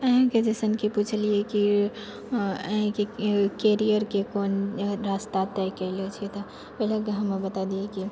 अहीँके जेसन की पूछलिए की अहीँके करीयरके कोन रास्ता तय कयले छियै तऽ पहिले तऽ हमे बता दियै की